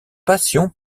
passion